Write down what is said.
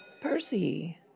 Percy